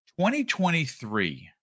2023